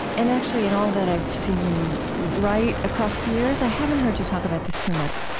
and actually in all that i've seen you write across the years, i haven't heard you talk about this too much.